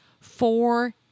Four